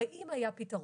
הרי אם היה פיתרון,